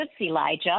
Elijah